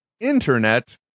Internet